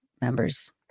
members